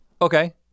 Okay